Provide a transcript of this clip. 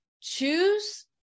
choose